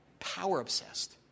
power-obsessed